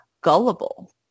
gullible